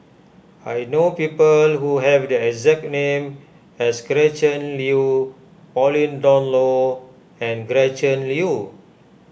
I know people who have the exact name as Gretchen Liu Pauline Dawn Loh and Gretchen Liu